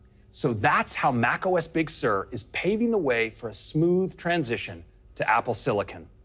so that's how macos big sur is paving the way for a smooth transition to apple silicon.